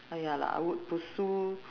ah ya lah I would pursue